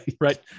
right